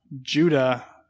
Judah